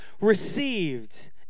received